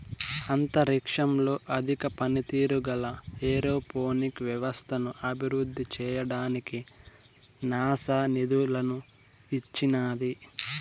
అంతరిక్షంలో అధిక పనితీరు గల ఏరోపోనిక్ వ్యవస్థను అభివృద్ధి చేయడానికి నాసా నిధులను ఇచ్చినాది